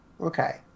Okay